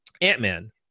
Ant-Man